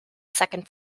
second